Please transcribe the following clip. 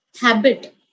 habit